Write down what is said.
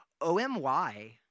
O-M-Y